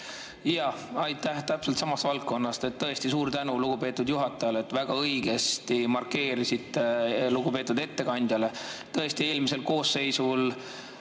Aitäh! Täpselt samast valdkonnast. Tõesti suur tänu lugupeetud juhatajale, väga õigesti markeerisite lugupeetud ettekandjale. Tõesti, eelmises koosseisus,